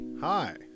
Hi